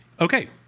Okay